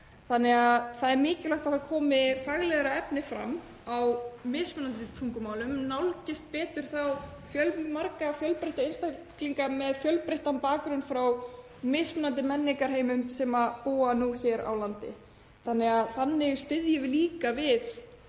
þannig að það er mikilvægt að það komi faglegra efni fram á mismunandi tungumálum sem nálgast betur þá fjölmörgu einstaklinga með fjölbreyttan bakgrunn frá mismunandi menningarheimum sem búa hér á landi. Þannig styðjum við líka